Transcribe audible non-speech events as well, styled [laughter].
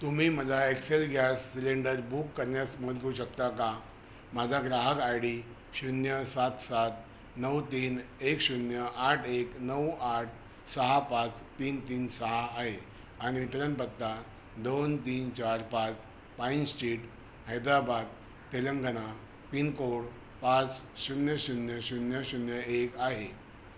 तुम्ही मला Excel gas cylinder book करण्यात [unintelligible] शकता का माझा ग्राहक आय डी शून्य सात सात नऊ तीन एक शून्य आठ एक नऊ आठ सहा पाच तीन तीन सहा आहे आणि वितरण पत्ता दोन तीन चार पाच pine street Hyderabad Telangana pincode पाच शून्य शून्य शून्य शून्य एक आहे